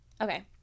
okay